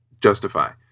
justify